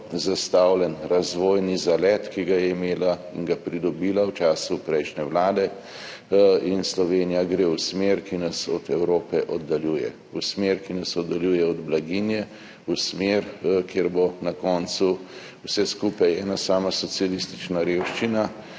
zastavljen razvojni zalet, ki ga je imela in ga pridobila v času prejšnje vlade, in Slovenija gre v smer, ki nas od Evrope oddaljuje, v smer, ki nas oddaljuje od blaginje, v smer, kjer bo na koncu vse skupaj ena sama socialistična revščina,